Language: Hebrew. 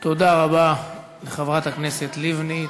תודה רבה לחברת הכנסת לבני.